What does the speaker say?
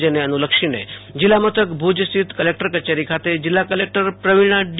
જેને અનુલક્ષોન જિલ્લામથક ભુજ રિથત કલેકટર કચેરી ખાતે જિલ્લા કલેકટર પ્રવિણા ડી